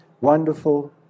wonderful